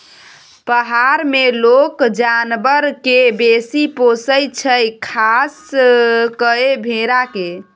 पहार मे लोक जानबर केँ बेसी पोसय छै खास कय भेड़ा केँ